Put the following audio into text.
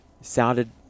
sounded